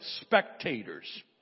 spectators